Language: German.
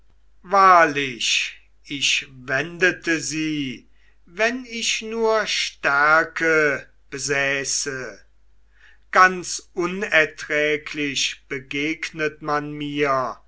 wahrlich ich wendete sie wenn ich nur stärke besäße ganz unerträglich begegnet man mir